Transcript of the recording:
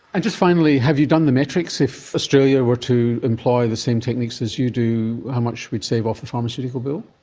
and just finally, have you done the metrics, if australia were to employ the same techniques as you do, how much we'd save off a pharmaceutical bill?